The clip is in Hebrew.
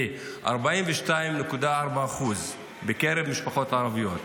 ל-42.4% בקרב משפחות ערביות,